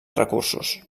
recursos